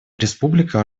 республика